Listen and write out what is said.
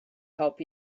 help